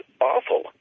awful